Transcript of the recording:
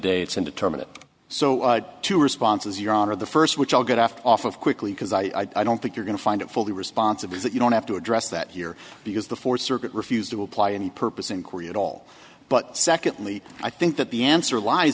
day it's indeterminate so two responses your honor the first which i'll get off off of quickly because i don't think you're going to find it fully responsibly that you don't have to address that here because the fourth circuit refused to apply any purpose inquiry at all but secondly i think that the answer lies